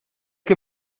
que